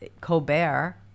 Colbert